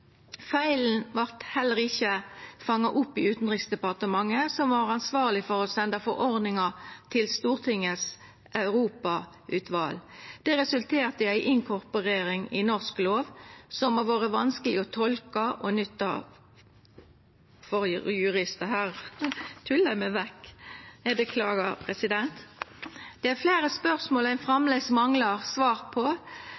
feil informasjon i 2012. Departementsførelegginga gav heller ikkje ei reell moglegheit for vurderinga til andre departement, fordi viktig informasjon mangla. Feilen vart heller ikkje fanga opp i Utanriksdepartementet, som var ansvarleg for å senda forordninga til Stortingets europautval. Det resulterte i ei inkorporering i norsk lov som har vore vanskeleg å tolka og nytta for juristar,